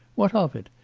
what of it?